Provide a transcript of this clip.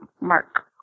Mark